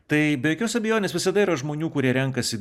tai be jokios abejonės visada yra žmonių kurie renkasi